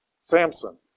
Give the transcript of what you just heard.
Samson